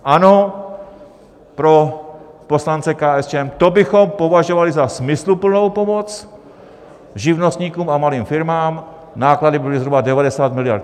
Ano, pro poslance KSČM: to bychom považovali za smysluplnou pomoc živnostníkům a malým firmám, náklady byly zhruba 90 miliard.